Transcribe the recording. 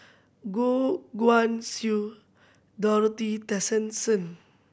Goh Guan Siew Dorothy Tessensohn